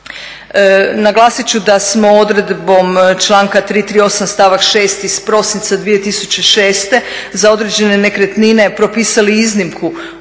Naglasiti ću da smo odredbom članka 338 stavak 6. iz prosinca 2006. za određene nekretnine propisali iznimku